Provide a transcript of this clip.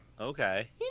okay